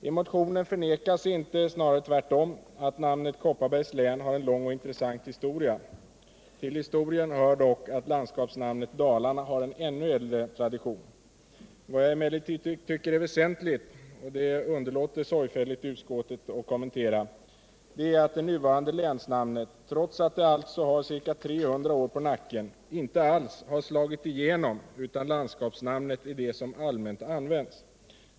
I motionen förnekas inte — snarare tvärtom — att namnet Kopparbergs län har en lång och intressant historia. Till historien hör dock att landskapsnamnet Dalarna har en ännu äldre tradition. Vad jag emellertid tycker är väsentligt — och det underlåter utskottet sorgfälligt att kommentera — är att det nuvarande länsnamnet, trots att det alltså har ca 300 år på nacken, inte alls har slagit igenom, utan landskapsnamnet är det som allmänt används.